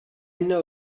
know